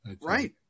right